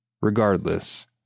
Regardless